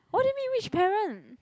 what do you mean which parent